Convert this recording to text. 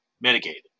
mitigated